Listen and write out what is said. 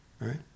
Right